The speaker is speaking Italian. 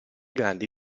grande